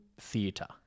theatre